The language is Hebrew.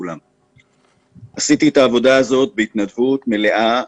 עשיתי את העבודה הזאת בהתנדבות מלאה,